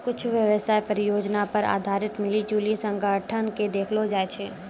कुच्छु व्यवसाय परियोजना पर आधारित मिली जुली संगठन के देखैलो जाय छै